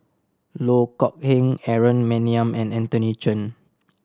Loh Kok Heng Aaron Maniam and Anthony Chen